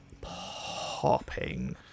popping